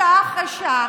שעה אחרי שעה.